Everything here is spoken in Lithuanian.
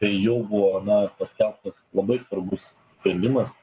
tai jau buvo na paskelbtas labai svarbus sprendimas